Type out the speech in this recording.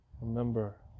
Remember